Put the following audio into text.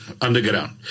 underground